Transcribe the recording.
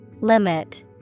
Limit